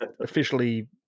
officially